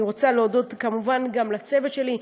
אני רוצה להודות כמובן גם לצוות שלי,